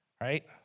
right